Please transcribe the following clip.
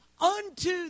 unto